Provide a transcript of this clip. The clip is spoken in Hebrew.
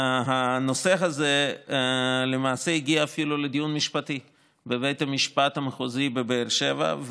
והנושא הזה למעשה הגיע אפילו לדיון משפטי בבית המשפט המחוזי בבאר שבע.